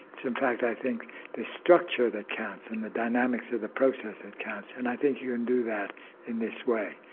it's in fact i think the structure that counts and the dynamics of the process that counts and i think you can and do that in this way.